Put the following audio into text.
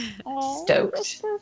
Stoked